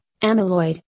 amyloid